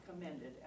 commended